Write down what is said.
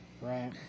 Right